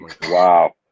Wow